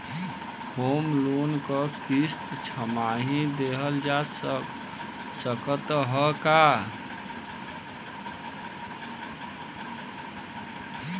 Home loan क किस्त छमाही देहल जा सकत ह का?